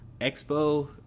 expo